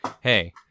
hey